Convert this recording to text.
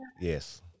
Yes